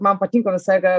man patiko visą laiką